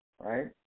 Right